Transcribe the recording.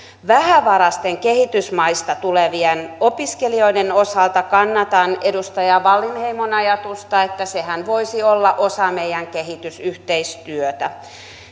vähävaraisten kehitysmaista tulevien opiskelijoiden osalta kannatan edustaja wallinheimon ajatusta että sehän voisi olla osa meidän kehitysyhteistyötämme